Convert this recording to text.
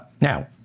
Now